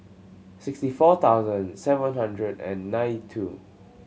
sixty four thousand seven hundred and nine two